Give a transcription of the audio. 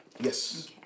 Yes